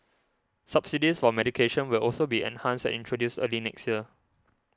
subsidies for medication will also be enhanced and introduced early next year